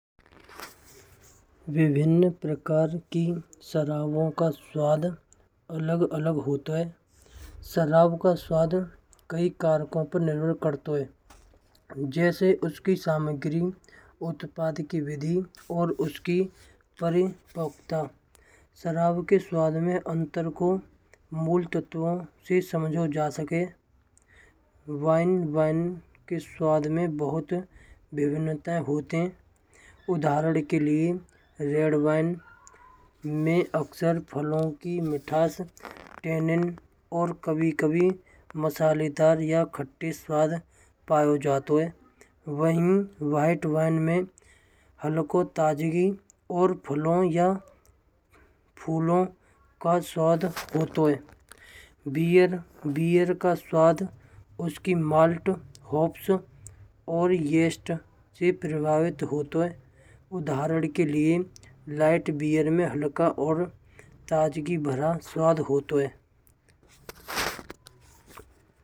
विभिन्न प्रकार की शराब का स्वाद अलग-अलग होता है। शराब का स्वाद कई कारकों पर निर्भर करता है। जैसे उसकी सामग्री, उत्पाद की विधि और उसकी परिपक्वता। शराब के स्वाद में अंतर को मूल तत्वों से समझा जा सकता है। वाइन, वाइन के स्वाद में बहुत भिन्नताएँ होती हैं। उदाहरण के लिए रेड वाइन में अक्सर फलों की मिठास, टेनिन और कभी-कभी मसालेदार या खट्टे स्वाद पाए जाते हैं। वहाँ व्हाइट वाइन में हल्का ताजगी, फलों या फूलों का स्वाद होता है। बीयर, बीयर का स्वाद उसकी माल्ट होप्स। और यीस्ट से प्रभावित होता है। उदाहरण के लिए लाइट बीयर में हल्का और ताजगी भरा स्वाद होता है।